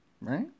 Right